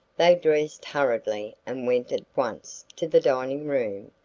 they dressed hurriedly and went at once to the dining-room,